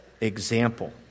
example